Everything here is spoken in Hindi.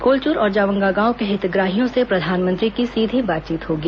कोलचूर और जावंगा गांव के हितग्राहियों से प्रधानमंत्री की सीधी बातचीत होगी